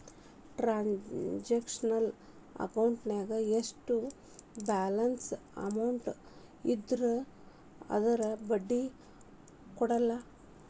transactional ಅಕೌಂಟಿನ್ಯಾಗ ಎಷ್ಟರ balance amount ಇದ್ರೂ ಅದಕ್ಕ ಬಡ್ಡಿ ಕೊಡಲ್ಲ